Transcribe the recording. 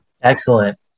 excellent